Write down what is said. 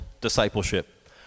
discipleship